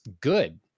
good